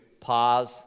pause